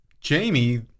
Jamie